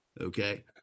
okay